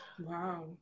Wow